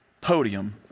podium